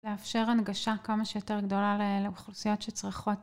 לאפשר הנגשה כמה שיותר גדולה לאוכלוסיות שצריכות